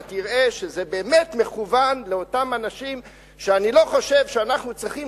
אתה תראה שזה באמת מכוון לאותם אנשים שאני לא חושב שאנחנו צריכים